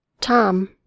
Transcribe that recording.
Tom